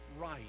right